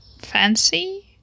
fancy